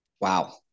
Wow